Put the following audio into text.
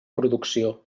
producció